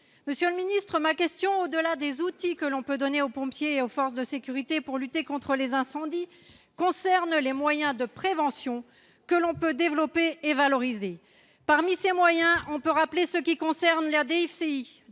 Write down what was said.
Monsieur le ministre ma question au-delà des outils que l'on peut donner aux pompiers et aux forces de sécurité pour lutter contre les incendies, concerne les moyens de prévention que l'on peut développer et valoriser parmi ces moyens, on peut rappeler ce qui concerne la